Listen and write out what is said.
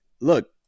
look